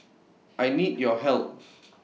I need your help